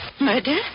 Murder